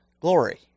glory